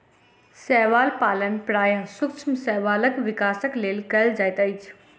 शैवाल पालन प्रायः सूक्ष्म शैवालक विकासक लेल कयल जाइत अछि